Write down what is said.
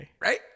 Right